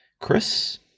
Chris